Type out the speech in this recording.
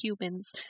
humans